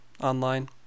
online